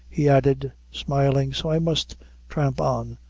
he added, smiling, so i must tramp on,